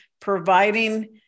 providing